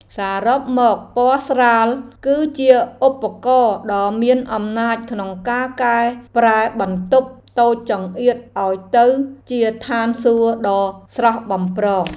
សរុបមកពណ៌ស្រាលគឺជាឧបករណ៍ដ៏មានអំណាចក្នុងការកែប្រែបន្ទប់តូចចង្អៀតឱ្យទៅជាឋានសួគ៌ដ៏ស្រស់បំព្រង។